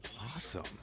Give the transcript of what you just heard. Awesome